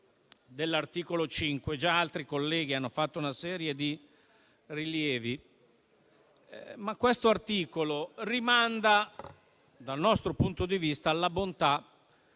dell'articolo 5, già altri colleghi hanno fatto una serie di rilievi, ma questo articolo rimanda, dal nostro punto di vista, alla bontà